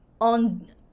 on